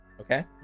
okay